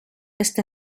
este